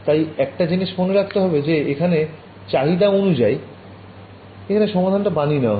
তাই একটা জিনিস মনে রাখতে হবে যে এখানে চাহিদা অনুজায়ি এখানে সমাধানটা বানিয়ে নেওয়া হল